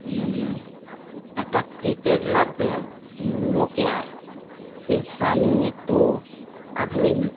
একটা keypad লাগবে নোকিয়ার বেশ দামি একটু আধুনিক